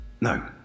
No